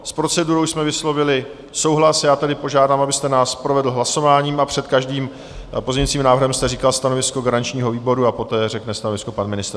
S procedurou jsme vyslovili souhlas, a já tedy požádám, abyste nás provedl hlasováním a před každým pozměňovacím návrhem jste říkal stanovisko garančního výboru, a poté řekne stanovisko pan ministr.